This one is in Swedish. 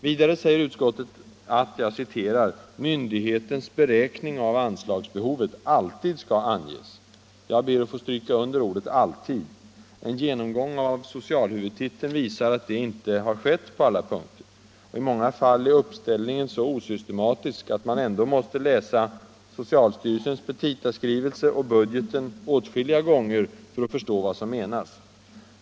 Vidare framhåller utskottet att ”myndighetens beräkning av anslagsbehovet alltid skall anges” — jag ber att få stryka under ordet alltid. En genomgång av socialhuvudtiteln visar att det inte har skett på alla punkter. Och i många fall är uppställningen så osystematisk, att man ändå måste läsa socialstyrelsens petitaskrivelse och budgeten åtskilliga gånger för att förstå vad som menas.